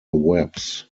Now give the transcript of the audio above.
webs